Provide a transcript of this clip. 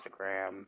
Instagram